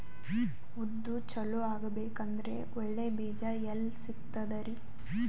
ಉದ್ದು ಚಲೋ ಆಗಬೇಕಂದ್ರೆ ಒಳ್ಳೆ ಬೀಜ ಎಲ್ ಸಿಗತದರೀ?